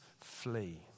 flee